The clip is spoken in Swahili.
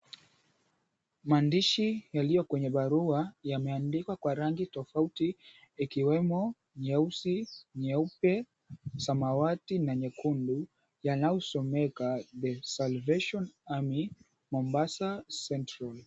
Maandishi yaliyo kwenye barua yameandikwa kwa rangi tofauti yakiwemo nyeusi, nyeupe, samawati na nyekundu yanayosomeka, The Salvation Army Mombasa Central.